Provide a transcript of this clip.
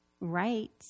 Right